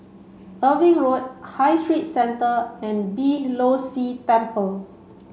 Irving Road High Street Centre and Beeh Low See Temple